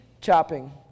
chopping